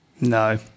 no